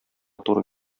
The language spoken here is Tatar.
туры